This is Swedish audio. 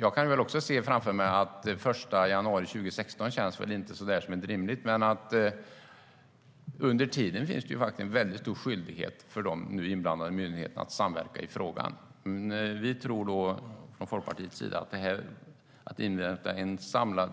Jag kan också tycka att det kanske inte känns rimligt att detta kommer till stånd redan den 1 januari 2016, men under tiden har de nu inblandade myndigheterna en stor skyldighet att samverka. Från Folkpartiets sida tror vi att en samlad